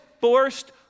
forced